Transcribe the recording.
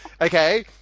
okay